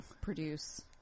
produce